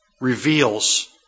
reveals